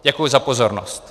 Děkuji za pozornost.